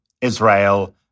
Israel